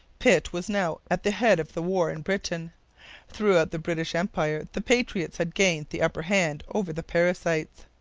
pitt was now at the head of the war in britain throughout the british empire the patriots had gained the upper hand over the parasites.